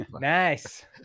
nice